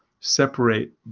separate